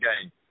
game